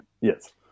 Yes